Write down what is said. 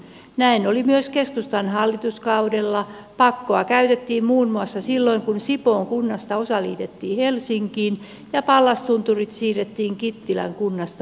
näin oli myös keskustan hallituskaudella pakkoa käytettiin muun muassa silloin kun sipoon kunnasta osa liitettiin helsinkiin ja pallastunturit siirrettiin kittilän kunnasta muonioon